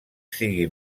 sigui